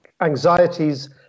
anxieties